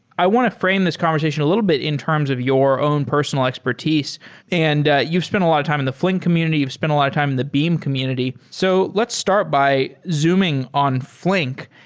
i want to frame this conversation a little bit in terms of your own personal expertise and you've spent a lot of time in the flink community. you've spent a lot of time in the beam community. so let's start by zooming on flink,